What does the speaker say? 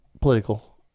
Political